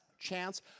chance